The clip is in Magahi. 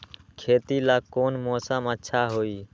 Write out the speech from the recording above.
खेती ला कौन मौसम अच्छा होई?